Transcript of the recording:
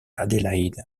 adelaide